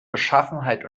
beschaffenheit